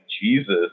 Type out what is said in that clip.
Jesus